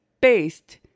based